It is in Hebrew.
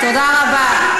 תודה רבה.